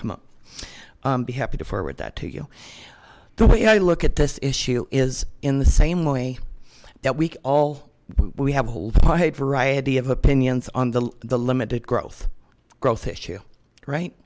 come up be happy to forward that to you the way i look at this issue is in the same way that week all we have a wide variety of opinions on the the limited growth growth issue right